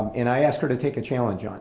and i asked her to take a challenge on.